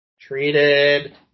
Treated